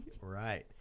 Right